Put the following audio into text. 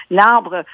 L'arbre